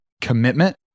commitment